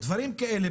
דברים כאלה,